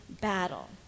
battle